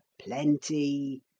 Plenty